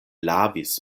lavis